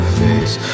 face